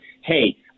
hey